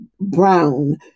Brown